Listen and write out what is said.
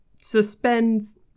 suspends